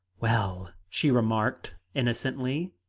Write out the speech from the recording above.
well, she remarked innocently,